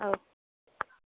औ